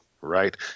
right